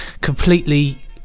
completely